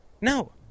No